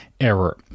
error